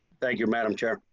thank you madam chair.